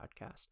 podcast